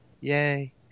Yay